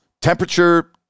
temperature